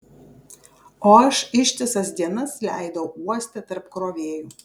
o aš ištisas dienas leidau uoste tarp krovėjų